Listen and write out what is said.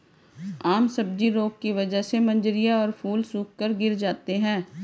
आम सब्जी रोग की वजह से मंजरियां और फूल सूखकर गिर जाते हैं